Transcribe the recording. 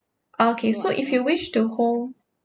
okay so if you wish to hold